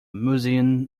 museum